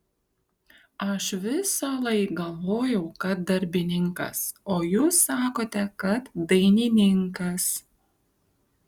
aš visąlaik galvojau kad darbininkas o jūs sakote kad dainininkas